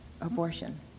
abortion